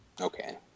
Okay